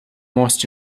most